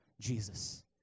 Jesus